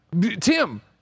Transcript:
Tim